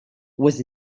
was